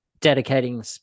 Dedicating